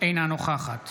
אינה נוכחת